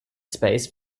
space